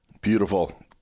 Beautiful